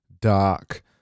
dark